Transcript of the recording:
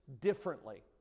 differently